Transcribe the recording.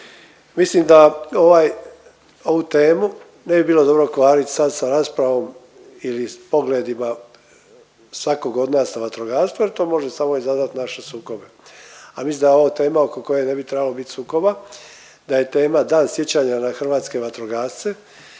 Mislim da ovaj, ovu temu ne bi bilo dobro kvarit sad sa raspravom ili s pogledima svakog od nas na vatrogastvo jer to može samo izazvat naše sukobe, a mislim da je ovo tema oko koje ne trebalo biti sukoba, da je tema Dan sjećanja na hrvatske vatrogasce,